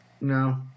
No